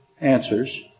answers